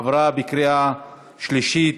עבר בקריאה שלישית